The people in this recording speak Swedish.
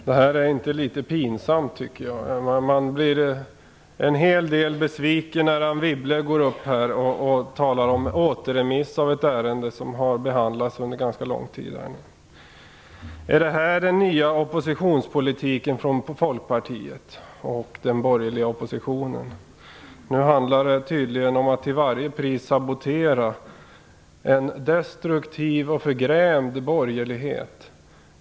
Fru talman! Det här är något pinsamt. Man blir besviken när Anne Wibble går upp i talarstolen och talar om återremiss av ett ärende som har behandlats under en ganska lång tid. Är det här den nya oppositionspolitiken från Folkpartiet och den borgerliga oppositionen? Nu handlar det tydligen om att till varje pris sabotera. Det är en destruktiv och förgrämd borgerlighet.